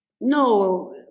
No